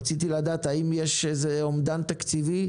רציתי לדעת האם יש אומדן תקציבי.